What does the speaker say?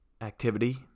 activity